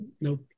Nope